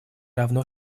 равно